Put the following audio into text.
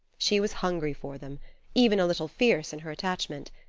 she was hungry for them even a little fierce in her attachment.